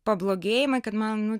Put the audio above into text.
pablogėjimai kad man nu